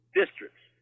districts